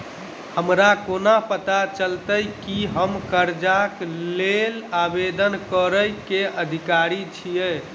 हमरा कोना पता चलतै की हम करजाक लेल आवेदन करै केँ अधिकारी छियै?